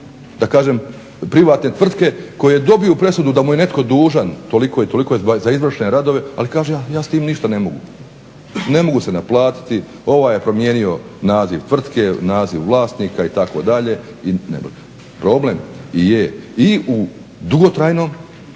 Znam privatne tvrtke koje dobiju presudu da mu je netko dužan toliko i toliko za izvršene radove ali kaže ja s tim ništa ne mogu. Ne mogu se naplatiti, ovaj je promijenio naziv tvrtke, naziv vlasnika itd. problem je u dugotrajnim